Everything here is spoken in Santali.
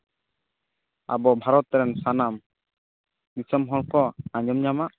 ᱟᱵᱚ ᱵᱷᱟᱨᱚᱛ ᱨᱮᱱ ᱥᱟᱱᱟᱢ ᱫᱤᱥᱚᱢ ᱦᱚᱲ ᱠᱚ ᱟᱸᱡᱚᱢ ᱧᱟᱢᱟ